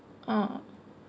oh